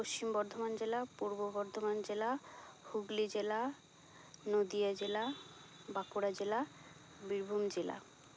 ᱯᱚᱥᱪᱤᱢ ᱵᱚᱨᱫᱷᱚᱢᱟ ᱡᱮᱞᱟ ᱯᱩᱨᱵᱚ ᱵᱚᱨᱫᱷᱚᱢᱟᱱ ᱡᱮᱞᱟ ᱦᱩᱜᱞᱤ ᱡᱮᱞᱟ ᱱᱚᱫᱤᱭᱟ ᱡᱮᱞᱟ ᱵᱟᱸᱠᱩᱲᱟ ᱡᱮᱞᱟ ᱵᱤᱨᱵᱷᱩᱢ ᱡᱮᱞᱟ